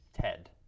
Ted